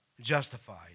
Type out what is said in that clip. justified